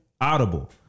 Audible